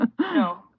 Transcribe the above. No